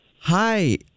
Hi